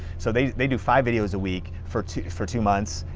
so they they do five videos a week for two for two months,